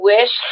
Wish